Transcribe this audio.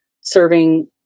serving